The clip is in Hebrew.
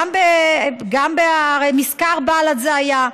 גם במזכר בל"ד זה היה,